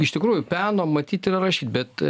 iš tikrųjų peno matyt ir rašyt bet